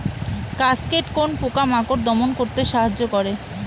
Cascade কোন পোকা মাকড় দমন করতে সাহায্য করে?